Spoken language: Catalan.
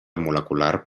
molecular